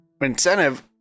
Incentive